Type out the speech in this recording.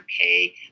pay